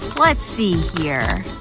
let's see here,